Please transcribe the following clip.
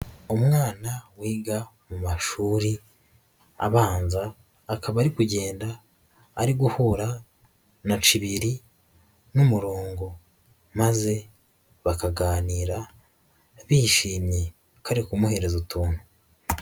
Umwana wiga mu mashuri abanza, akaba ari kugenda ari guhura na cibiri n'umurongo maze bakaganira bishimye bakari kumuhereza utuntu.